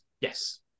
Yes